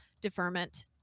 deferment